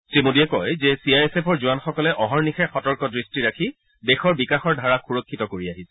শ্ৰীমোদীয়ে কয় যে চি আই এছ এফৰ জোৱানসকলে অহৰ্নিশে সতৰ্ক দৃষ্টি ৰাখি দেশৰ বিকাশৰ ধাৰাক সূৰক্ষিত কৰি ৰাখিছে